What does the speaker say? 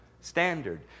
standard